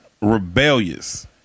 rebellious